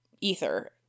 ether